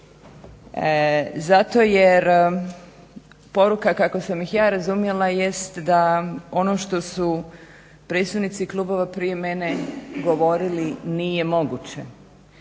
zato jer poruka kako sam ih ja razumjela jest da ono što su predstavnici klubova prije mene govorili nije moguće